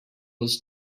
was